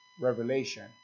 revelation